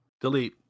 Delete